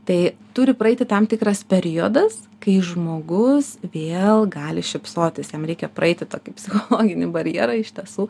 tai turi praeiti tam tikras periodas kai žmogus vėl gali šypsotis jam reikia praeiti tokį psichologinį barjerą iš tiesų